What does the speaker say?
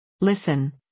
Listen